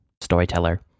storyteller